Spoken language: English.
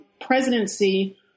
presidency